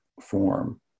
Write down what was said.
form